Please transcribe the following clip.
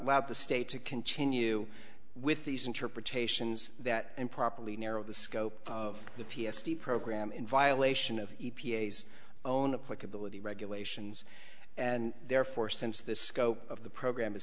scope of the state to continue with these interpretations that improperly narrow the scope of the p s t program in violation of e p a s own a quick ability regulations and therefore since the scope of the program